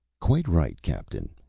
quite right, captain.